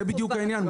זה בדיוק העניין.